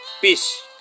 Peace